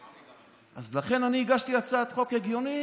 אז לכן אני הגשתי הצעת חוק הגיונית.